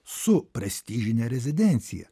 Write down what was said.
su prestižine rezidencija